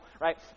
right